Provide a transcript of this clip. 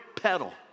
pedal